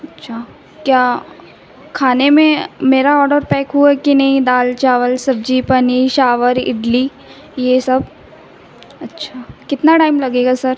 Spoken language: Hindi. अच्छा क्या खाने में मेरा ऑर्डर पैक हुआ है कि नहीं दाल चावल सब्ज़ी पनीर साम्भर इडली यह सब अच्छा कितना टाइम लगेगा सर